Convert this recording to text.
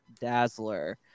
Dazzler